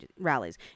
rallies